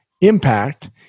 impact